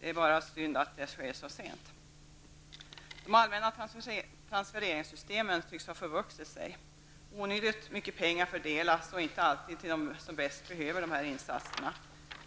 Det är bara synd att det sker så sent. De allmänna transfereringssystemen tycks ha förvuxit sig. Onödigt mycket pengar fördelas och inte alltid till dem som bäst behöver dessa insatser.